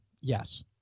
yes